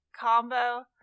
combo